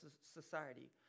society